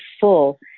full